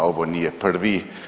Ovo nije prvi.